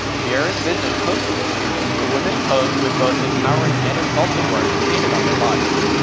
viera's vision hosted the shoot. the women posed with both empowering and insulting words painted on their bodies.